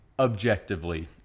objectively